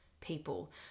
people